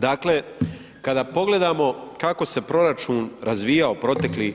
Dakle, kada pogledamo kako se proračun razvijao proteklih,